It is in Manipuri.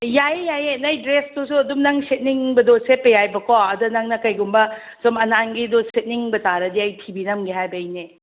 ꯌꯥꯏꯌꯦ ꯌꯥꯏꯌꯦ ꯅꯪ ꯗ꯭ꯔꯦꯁꯇꯨꯁꯨ ꯑꯗꯨꯝ ꯅꯪ ꯁꯦꯠꯅꯤꯡꯕꯗꯣ ꯁꯦꯠꯄ ꯌꯥꯏꯕꯀꯣ ꯑꯗꯣ ꯅꯪꯅ ꯀꯩꯒꯨꯝꯕ ꯁꯨꯝ ꯑꯅꯥꯜꯒꯤꯗꯨ ꯁꯦꯠꯅꯤꯡꯕ ꯇꯥꯔꯗꯤ ꯑꯩ ꯊꯤꯕꯤꯔꯝꯒꯦ ꯍꯥꯏꯕꯩꯅꯦ